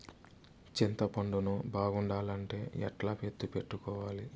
చింతపండు ను బాగుండాలంటే ఎట్లా ఎత్తిపెట్టుకోవాలి?